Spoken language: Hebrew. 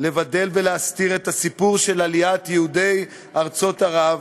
לבדל ולהסתיר את הסיפור של עליית יהודי ארצות ערב,